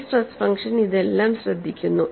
ഈ stress function ഇതെല്ലാം ശ്രദ്ധിക്കുന്നു